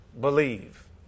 Believe